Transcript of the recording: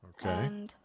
Okay